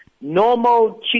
normal